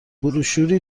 بروشوری